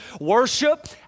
worship